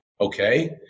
Okay